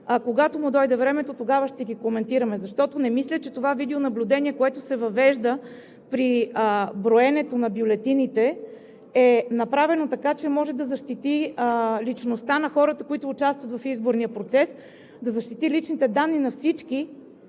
когато му дойде времето – тогава ще ги коментираме. Защото не мисля, че това видеонаблюдение, което се въвежда при броенето на бюлетините, е направено така, че може да защити личността на хората, които участват в изборния процес, да защити личните данни на всички,